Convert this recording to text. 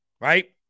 right